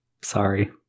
Sorry